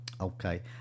okay